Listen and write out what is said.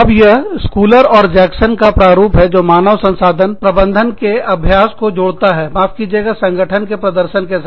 अब यह स्कूलर और जैक्सन का प्रारूप है जो मानव संसाधन प्रबंधन के अभ्यास को जोड़ता है माफ कीजिएगा संगठन के प्रदर्शन के साथ